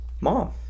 mom